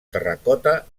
terracota